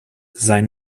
sein